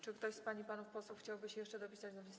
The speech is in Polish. Czy ktoś z pań i panów posłów chciałby się jeszcze dopisać na liście?